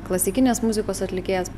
klasikinės muzikos atlikėjas